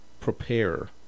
prepare